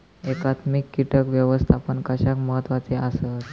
एकात्मिक कीटक व्यवस्थापन कशाक महत्वाचे आसत?